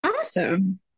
Awesome